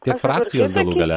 tiek frakcijos galų gale